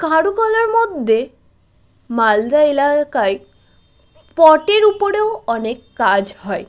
কারুকলার মদ্যে মালদা এলাকায় পটের উপরেও অনেক কাজ হয়